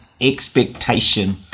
expectation